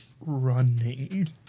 Running